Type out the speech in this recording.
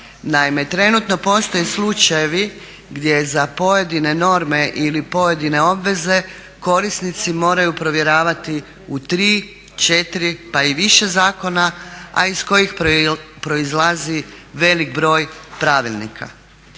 trenutno postoje slučajevi gdje za pojedine norme ili pojedine obveze korisnici moraju provjeravati u tri, četiri pa i više zakona, a iz kojih proizlazi velik broj pravilnika.